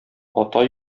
ата